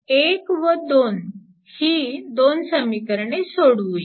आता व ही दोन समीकरणे सोडवुया